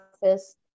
office